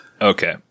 Okay